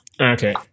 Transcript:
Okay